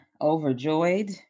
overjoyed